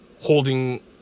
holding